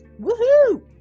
Woohoo